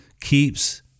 Keeps